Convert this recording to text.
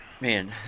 Man